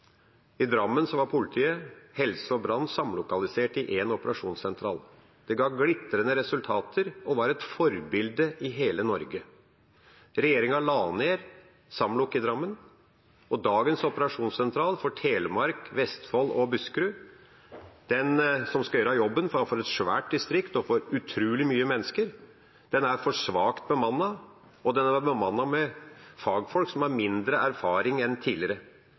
I Drammen var politi, helse og brann samlokalisert i én operasjonssentral. Det ga glitrende resultater og var et forbilde for hele Norge. Regjeringa la ned samlokaliseringen i Drammen. Dagens operasjonssentral for Telemark, Vestfold og Buskerud – som skal gjøre jobben for et stort distrikt og for utrolig mange mennesker – er for svakt bemannet, og den er bemannet med fagfolk som har mindre erfaring enn tidligere.